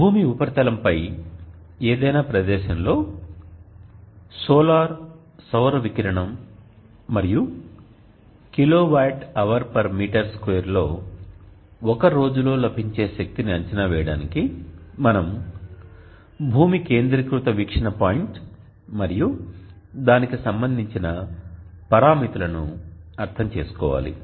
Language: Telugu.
భూమి ఉపరితలంపై ఏదైనా ప్రదేశంలో సోలార్ సౌర వికిరణం మరియు kWhm2 లో ఒక రోజులో లభించే శక్తిని అంచనా వేయడానికి మనం భూమి కేంద్రీకృత వీక్షణ పాయింట్ మరియు దానికి సంబంధించిన పరామితులను అర్థం చేసుకోవాలి